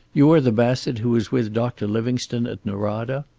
you are the bassett who was with doctor livingstone at norada?